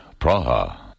Praha